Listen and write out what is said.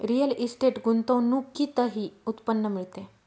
real estate गुंतवणुकीतूनही उत्पन्न मिळते